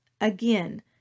Again